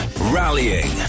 rallying